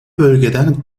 bölgeden